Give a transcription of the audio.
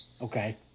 Okay